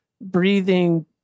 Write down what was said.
breathing